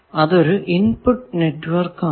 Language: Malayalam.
ഇതൊരു ഇൻപുട് നെറ്റ്വർക്ക് ആണ്